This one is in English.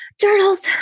journals